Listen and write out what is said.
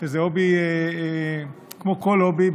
זה הובי כמו כל הובי,